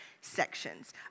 sections